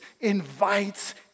invites